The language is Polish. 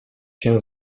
się